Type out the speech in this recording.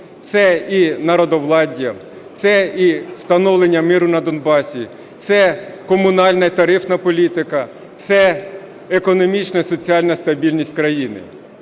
це і народовладдя, це і встановлення миру на Донбасі, це комунальна і тарифна політика, це економічна, соціальна стабільність країни.